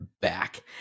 back